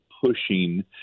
pushing